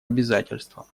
обязательствам